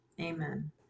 Amen